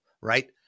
right